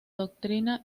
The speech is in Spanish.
doctrina